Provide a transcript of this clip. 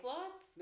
Lots